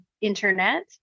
internet